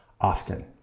often